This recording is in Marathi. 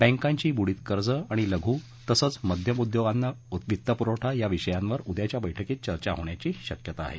बँकांची बुडीत कर्ज आणि लघु तसंच मध्यम उद्योगांना वित्तपुरवठा या विषयांवर उद्याच्या बैठकीत चर्चा होण्याची शक्यता आहे